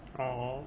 oh